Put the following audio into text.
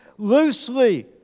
Loosely